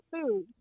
food